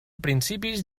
principis